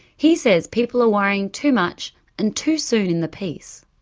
he says people are worrying too much and too soon in the piece.